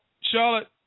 Charlotte